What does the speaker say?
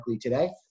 today